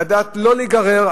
לדעת לא להיגרר.